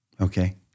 okay